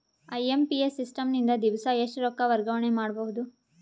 IMPS system ನಿಂದ ದಿವಸಾ ಎಷ್ಟ ರೊಕ್ಕ ವರ್ಗಾವಣೆ ಮಾಡಬಹುದು?